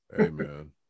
amen